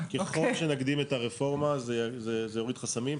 ככל שנקדים את הרפורמה זה יוריד חסמים.